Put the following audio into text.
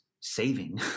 saving